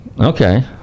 okay